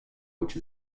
which